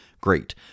Great